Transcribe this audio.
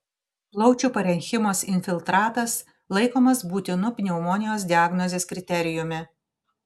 plaučių parenchimos infiltratas laikomas būtinu pneumonijos diagnozės kriterijumi